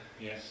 Yes